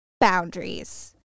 boundaries